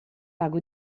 lago